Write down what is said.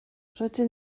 rydyn